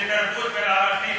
לתרבות ולערכים,